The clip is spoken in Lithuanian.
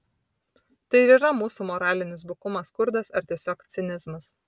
tai ir yra mūsų moralinis bukumas skurdas ar tiesiog cinizmas